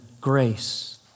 grace